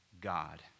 God